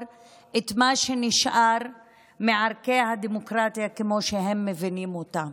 את מה שנשאר מערכי הדמוקרטיה כמו שהם מבינים אותם.